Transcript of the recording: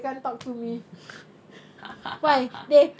mm